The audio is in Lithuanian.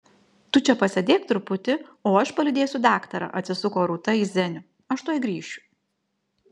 tu čia pasėdėk truputį o aš palydėsiu daktarą atsisuko rūta į zenių aš tuoj grįšiu